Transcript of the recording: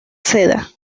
seda